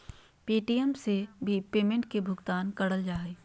Paytm से भी payment के भुगतान करल जा हय